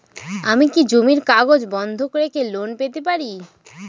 আমি কি জমির কাগজ বন্ধক রেখে লোন পেতে পারি?